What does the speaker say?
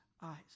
eyes